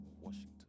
Washington